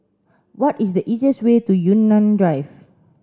what is the easiest way to Yunnan Drive